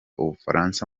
ubufaransa